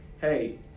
Hey